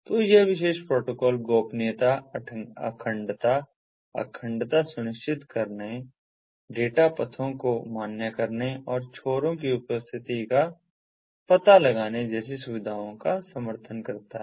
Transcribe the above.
तो यह विशेष प्रोटोकॉल यह गोपनीयता अखंडता अखंडता सुनिश्चित करने डेटा पथों को मान्य करने और छोरों की उपस्थिति का पता लगाने जैसी सुविधाओं का समर्थन करता है